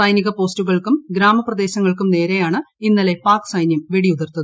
സൈനിക പോസ്റ്റുകൾക്കും ഗ്രാമ പ്രദേശങ്ങൾക്കും നേരെയാണ് ഇന്നലെ പാക് സൈന്യം വെടിഉതിർത്ത്